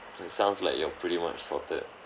it sounds like you're pretty much sorted